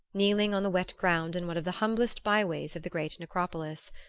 kneeling on the wet ground in one of the humblest by-ways of the great necropolis.